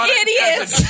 idiots